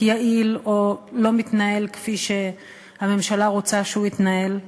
יעיל או לא מתנהל כפי שהממשלה רוצה שהוא יתנהל.